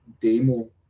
Demo